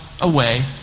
away